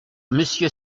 monsieur